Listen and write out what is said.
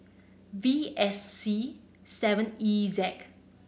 V S C seven E Zek